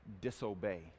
disobey